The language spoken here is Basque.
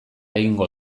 egingo